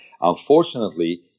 Unfortunately